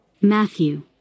Matthew